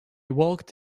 walked